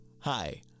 Hi